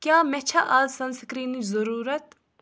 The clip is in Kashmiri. کیٛاہ مےٚ چھا اَز سن سِکریٖنٕچ ضروٗرت